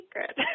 secret